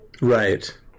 right